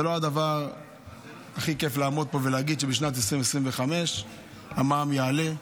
זה לא הדבר הכי כיף לעמוד פה ולהגיד שבשנת 2025 המע"מ יעלה.